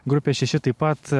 grupė šiši taip pat